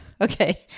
okay